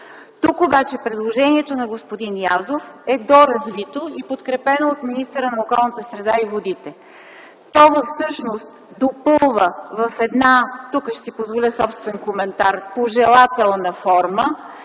Тук обаче предложението на господин Язов е доразвито и подкрепено от министъра на околната среда и водите. То всъщност допълва в една - тук ще си позволя собствен коментар - пожелателна форма